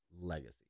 Legacy